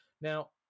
Now